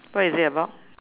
what is it about